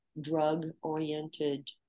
drug-oriented